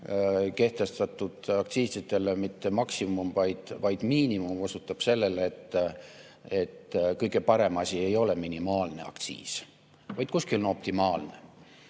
kehtestatud aktsiisidele mitte maksimum, vaid miinimum, osutab sellele, et kõige parem asi ei ole minimaalne aktsiis, vaid on optimaalne.